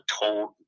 told